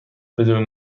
بدون